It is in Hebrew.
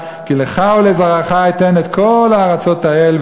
כי לך ולזרעך אתן את כל הארצת האל,